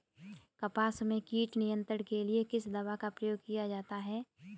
कपास में कीट नियंत्रण के लिए किस दवा का प्रयोग किया जाता है?